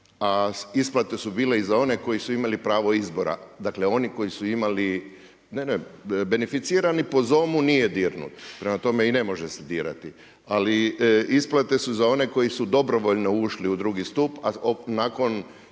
A isplate su bile i za one koji su imali pravo izbora. Dakle oni koji su imali, ne, ne beneficirani, po ZOM-u nije dirnut, prema tome i ne može se dirati. Ali isplate su za one koji su dobrovoljno ušli u drugi stup a nakon, imao